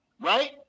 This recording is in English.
right